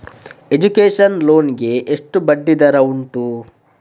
Education loan ಗೆ ಎಷ್ಟು ಬಡ್ಡಿ ದರ ಉಂಟು?